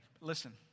Listen